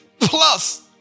plus